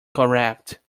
correct